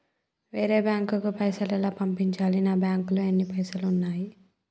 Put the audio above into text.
వేరే బ్యాంకుకు పైసలు ఎలా పంపించాలి? నా బ్యాంకులో ఎన్ని పైసలు ఉన్నాయి?